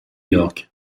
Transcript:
york